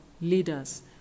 leaders